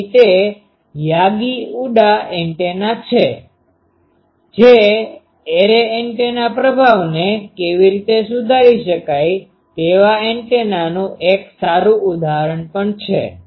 તેથી તે Yagi Uda antenna છે જે એરે એન્ટેના પ્રભાવને કેવી રીતે સુધારી શકાય તેવા એન્ટેનાનું એક સારું ઉદાહરણ પણ છે